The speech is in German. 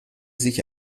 sich